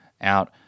out